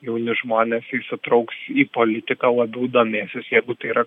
jauni žmonės įsitrauks į politiką labiau domėsis jeigu tai yra